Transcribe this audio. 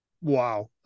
Wow